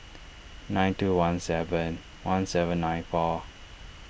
nine two one seven one seven nine four